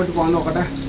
one but